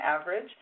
average